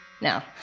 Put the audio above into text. Now